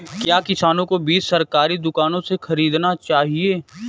क्या किसानों को बीज सरकारी दुकानों से खरीदना चाहिए?